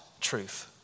Truth